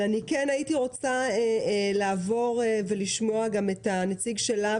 אבל כן הייתי רוצה לעבור ולשמוע גם את הנציג של "להב"